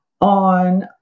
on